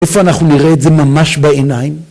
איפה אנחנו נראה את זה ממש בעיניים?